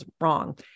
wrong